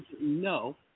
No